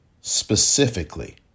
specifically